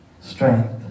strength